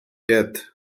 death